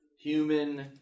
human